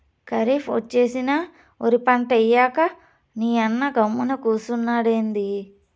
కరీఫ్ ఒచ్చేసినా ఒరి పంటేయ్యక నీయన్న గమ్మున కూసున్నాడెంది